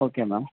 okay ma'am